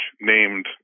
named